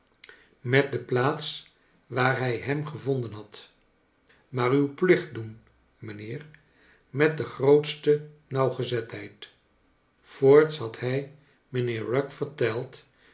met de plaats waar hij hem gevonden had maar uw plicht doen mijnheer met do grootste nauwgezetheid voorts had hij mijnheer rugg verteld